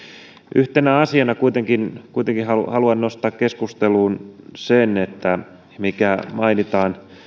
yhtenä asiana haluan kuitenkin nostaa keskusteluun sen mikä mainitaan